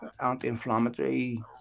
anti-inflammatory